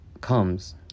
comes